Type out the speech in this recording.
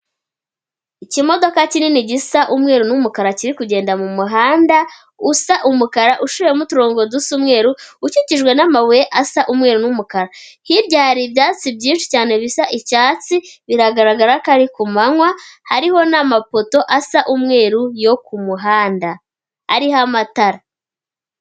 Ikimodoka kinini gisa umweru n'umukara kiri kugenda mu muhanda usa umukara ushoyemo uturongo dusa umweru ukikijwe n'amabuye asa umweru n'umukara, hirya hari ibyatsi byinshi cyane bisa icyatsi, biragaragara ko ari ku manywa hariho n'amapoto asa umweru yo kumuhanda, ariho amatara.